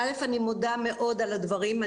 א', אני מודה מאוד על הדברים.